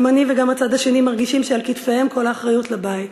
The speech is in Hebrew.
גם אני וגם הצד השני מרגישים שעל כתפיהם כל האחריות לבית,